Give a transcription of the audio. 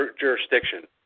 jurisdiction